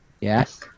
Yes